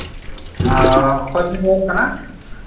ᱦᱮᱸ ᱚᱠᱚᱭᱵᱮᱱ ᱨᱚᱲᱮᱫ ᱠᱟᱱᱟ